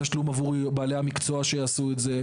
התשלום עבור בעלי המקצוע שיעשו את זה.